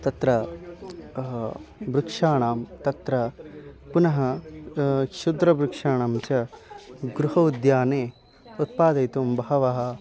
तत्र वृक्षाणां तत्र पुनः क्षुद्रवृक्षाणां च गृहोद्याने उत्पादयितुं बहवः